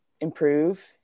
improve